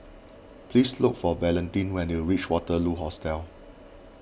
please look for Valentin when you reach Waterloo Hostel